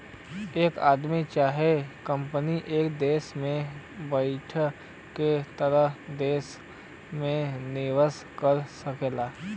एक आदमी चाहे कंपनी एक देस में बैइठ के तोहरे देस मे निवेस कर सकेला